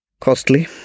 costly